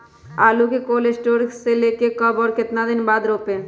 आलु को cold store से ले के कब और कितना दिन बाद रोपे?